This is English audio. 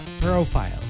profile